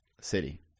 city